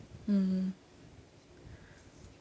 mmhmm